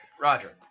roger